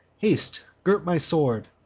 haste! gird my sword,